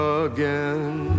again